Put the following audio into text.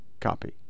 copy